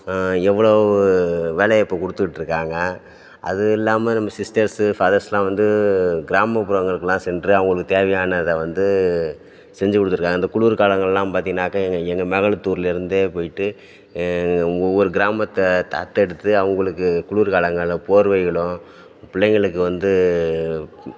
எவ்வளோ வேலைவாய்ப்பை கொடுத்துட்டுருக்காங்க அதுவும் இல்லாமல் நம்ம சிஸ்டர்ஸு ஃபாதர்ஸெலாம் வந்து கிராமப்புறங்களுக்கெலாம் சென்று அவங்களுக்கு தேவையானதை வந்து செஞ்சுக் கொடுத்துருக்காங்க இந்த குளிர் காலங்களெலாம் பார்த்திங்கனாக்க எங்கள் எங்கள் மேகலத்தூரில் இருந்தே போயிட்டு ஒவ்வொரு கிராமத்தை தத்தெடுத்து அவங்களுக்கு குளுர் காலங்களில் போர்வைகளும் பிள்ளைங்களுக்கு வந்து